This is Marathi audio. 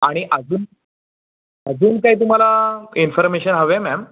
आणि आजून अजून काही तुम्हाला इन्फर्मेशन हवे मॅम